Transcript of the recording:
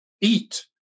eat